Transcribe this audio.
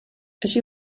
així